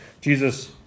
Jesus